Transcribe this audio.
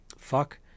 fuck